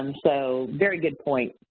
um so, very good point.